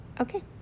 Okay